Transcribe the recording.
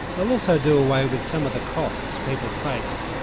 they'll also do away with some of the costs people faced,